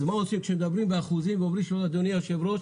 אדוני היו"ר,